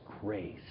grace